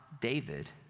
David